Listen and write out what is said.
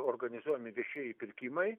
organizuojami viešieji pirkimai